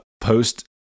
post